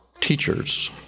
teachers